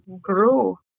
grow